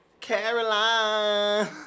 Caroline